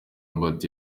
ubald